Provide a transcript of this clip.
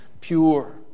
pure